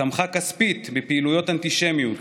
תמכה כספית בפעילויות אנטישמיות